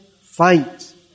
fight